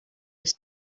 was